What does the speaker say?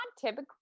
typically